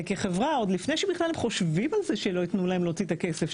וכחברה עוד לפני שבכלל הם חושבים על זה שלא יתנו להם להוציא את הכסף,